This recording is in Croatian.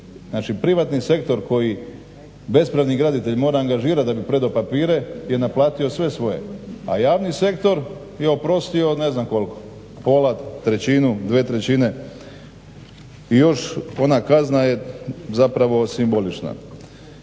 privatni sektor koji bespravni graditelj mora angažirat da bi predao papire je naplatio sve svoje, a javni sektor je oprostio ne znam koliko, pola, trećinu, dvije trećine i još ona kazna je zapravo simbolična.